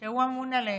שהוא אמון עליהם,